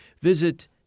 visit